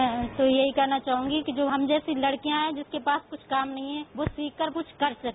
मैं तो यही कहना चाहूँगी कि जो हम जैसी लड़कियां हैं जिसके पास कुछ काम नहीं है वह सीख कर कुछ कर सके